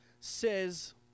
says